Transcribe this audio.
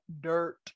dirt